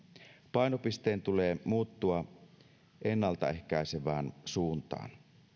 painopisteen tulee muuttua ennaltaehkäisevään suuntaan jotta